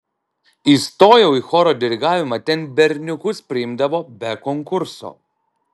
įstojau į choro dirigavimą ten berniukus priimdavo be konkurso